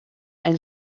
ein